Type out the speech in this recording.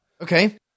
Okay